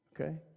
Okay